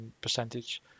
percentage